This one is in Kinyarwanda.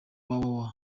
www